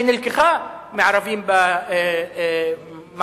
שנלקחה מערבים במקור.